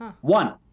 One